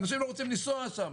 אנשים לא רוצים לנסוע שם.